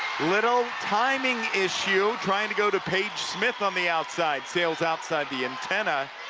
little timing issue, trying to go to paige smith on the outside sails outside the antenna,